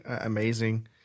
amazing